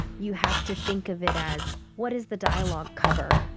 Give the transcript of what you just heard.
you have to think of it as what is the dialogue cover?